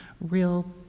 real